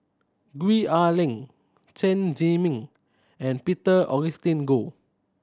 Gwee Ah Leng Chen Zhiming and Peter Augustine Goh